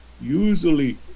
usually